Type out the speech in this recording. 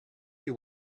you